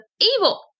evil